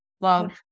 Love